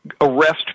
Arrest